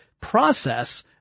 process